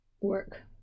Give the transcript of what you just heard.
work